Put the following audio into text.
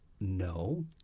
No